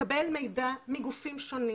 מקבל מידע מגופים שונים,